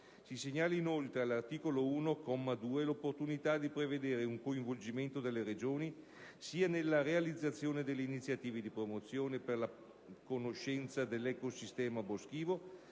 Si segnala, inoltre, all'articolo 1, comma 2, l'opportunità di prevedere un coinvolgimento delle Regioni sia nella realizzazione delle iniziative di promozione per la conoscenza dell'ecosistema boschivo,